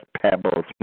pebbles